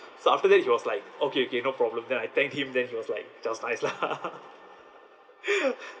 so after that he was like okay okay no problem then I thanked him then he was like just nice lah